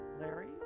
Larry